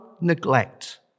neglect